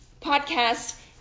podcast